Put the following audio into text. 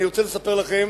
אני רוצה לספר לכם